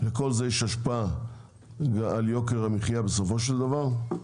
לכל זה יש השפעה על יוקר המחיה, בסופו של דבר.